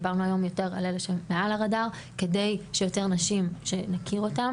דיברנו היום יותר על אלה שמעל הרדאר כדי שיותר נשים שנכיר אותן.